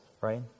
right